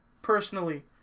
Personally